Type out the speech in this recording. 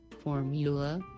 formula